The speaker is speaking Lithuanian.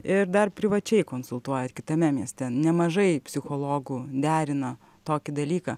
ir dar privačiai konsultuojat kitame mieste nemažai psichologų derina tokį dalyką